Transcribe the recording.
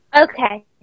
Okay